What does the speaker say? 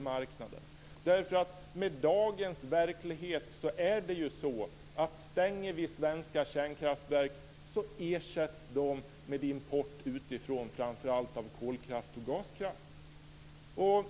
Med dagens verklighet är det ju så att stänger vi svenska kärnkraftverk ersätts de med import utifrån, framför allt av kolkraft och gaskraft.